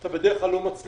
אתה בדרך כלל לא מצליח,